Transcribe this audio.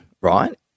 right